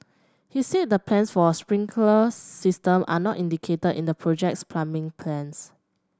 he said the plans for a sprinkler system are not indicated in the project's plumbing plans